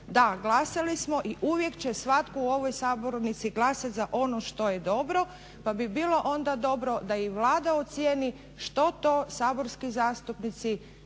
Da, glasali smo i uvijek će svatko u ovoj sabornici glasat za ono što je dobro, pa bi bilo onda dobro da i Vlada ocjeni što to saborski zastupnici